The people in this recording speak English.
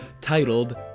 titled